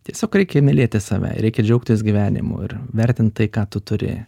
tiesiog reikia mylėti save reikia džiaugtis gyvenimu ir vertint tai ką tu turi